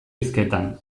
hizketan